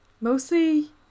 Mostly